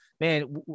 man